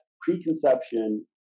preconception